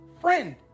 friend